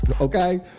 Okay